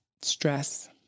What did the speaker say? stress